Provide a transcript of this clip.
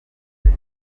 mike